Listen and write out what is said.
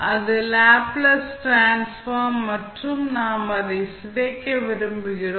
இது Laplace transform மற்றும் நாம் அதை சிதைக்க விரும்புகிறோம்